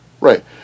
Right